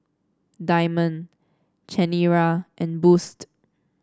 Diamond Chanira and Boost